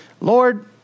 Lord